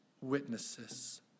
witnesses